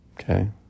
Okay